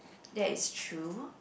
that is true